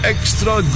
Extra